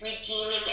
redeeming